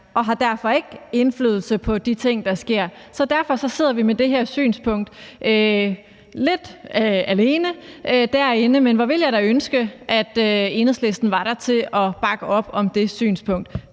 og har derfor ikke indflydelse på de ting, der sker. Derfor sidder vi lidt alene derinde med det her synspunkt, men hvor ville jeg dog ønske, at Enhedslisten var der til at bakke op om det synspunkt.